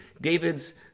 David's